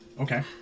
Okay